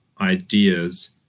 ideas